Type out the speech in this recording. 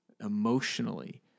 emotionally